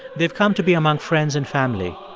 they've come to be among friends and family,